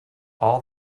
all